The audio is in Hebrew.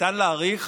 ניתן להעריך